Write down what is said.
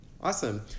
Awesome